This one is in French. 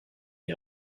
une